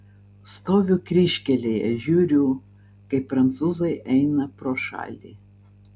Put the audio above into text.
stoviu kryžkelėje žiūriu kaip prancūzai eina pro šalį